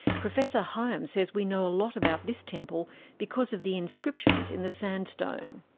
professor higham says we know a lot about this temple because of the inscriptions in the sandstone.